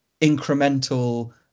incremental